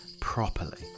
properly